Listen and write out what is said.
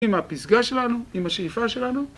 עם הפסגה שלנו, עם השאיפה שלנו